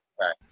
Right